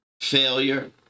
failure